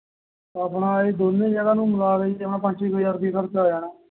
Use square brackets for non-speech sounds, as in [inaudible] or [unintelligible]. ਆਪਣਾ ਇਹ ਦੋਨੇ ਜਗ੍ਹਾਂ ਨੂੰ ਮਿਲਾ [unintelligible] ਪੰਜ ਛੇ ਕੁ ਹਜ਼ਾਰ ਰੁਪਇਆ ਖਰਚਾ ਆ ਜਾਣਾ